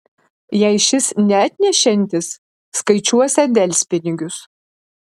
jei šis neatnešiantis skaičiuosią delspinigius